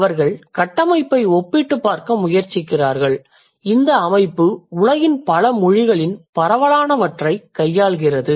அவர்கள் கட்டமைப்பை ஒப்பிட்டுப் பார்க்க முயற்சிக்கிறார்கள் இந்த அமைப்பு உலகின் பல மொழிகளின் பரவலானவற்றைக் கையாள்கிறது